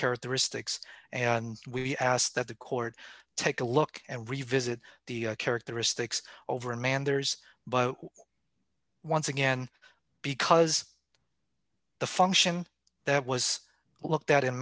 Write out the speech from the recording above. characteristics and we asked that the court take a look and revisit the characteristics over manders but once again because the function that was looked at